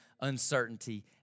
uncertainty